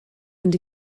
fynd